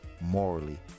morally